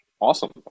Awesome